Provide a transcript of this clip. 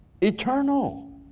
Eternal